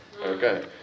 Okay